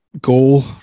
Goal